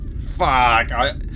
fuck